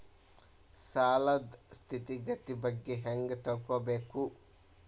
ಸಾಲದ್ ಸ್ಥಿತಿಗತಿ ಬಗ್ಗೆ ಹೆಂಗ್ ತಿಳ್ಕೊಬೇಕು?